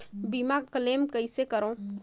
बीमा क्लेम कइसे करों?